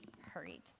hurried